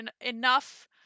enough